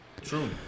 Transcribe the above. True